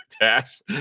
dash